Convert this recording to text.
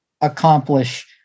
accomplish